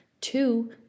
Two